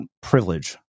privilege